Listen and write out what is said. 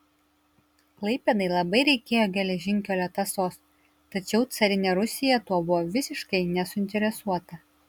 klaipėdai labai reikėjo geležinkelio tąsos tačiau carinė rusija tuo buvo visiškai nesuinteresuota